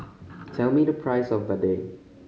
tell me the price of vadai